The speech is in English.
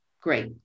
Great